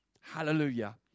Hallelujah